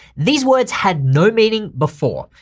these words had no meaning before,